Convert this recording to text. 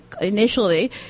Initially